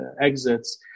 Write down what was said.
exits